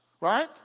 right